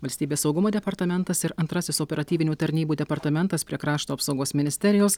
valstybės saugumo departamentas ir antrasis operatyvinių tarnybų departamentas prie krašto apsaugos ministerijos